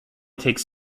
takes